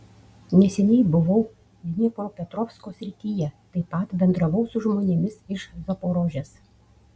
neseniai buvau dniepropetrovsko srityje taip pat bendravau su žmonėmis iš zaporožės